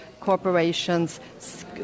corporations